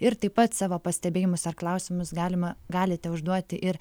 ir taip pat savo pastebėjimus ar klausimus galima galite užduoti ir